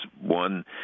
One